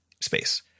space